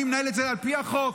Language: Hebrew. אני מנהל את זה על פי החוק.